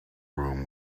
room